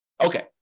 Okay